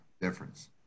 difference